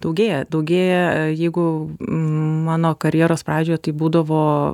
daugėja daugėja jeigu mano karjeros pradžioje tai būdavo